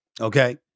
Okay